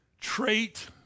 trait